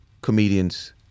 comedians